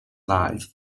life